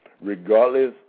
regardless